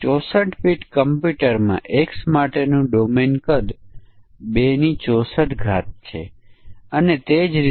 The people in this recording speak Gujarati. હવે જટિલતા ઉભી થાય છે જ્યારે આપણી પાસે ફંકશન અથવા એકમ હોય જે બે પરિમાણો લે